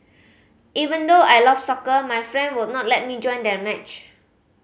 even though I love soccer my friend would not let me join their match